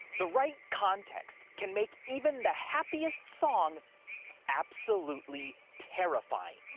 the right context can make even the happiest song absolutely terrifying.